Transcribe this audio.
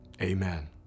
Amen